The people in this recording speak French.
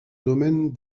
domaine